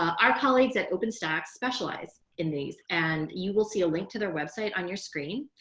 our colleagues at openstax specialize in these and you will see a link to their web site on your screen.